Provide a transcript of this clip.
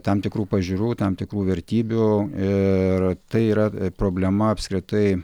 tam tikrų pažiūrų tam tikrų vertybių ir tai yra problema apskritai